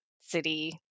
city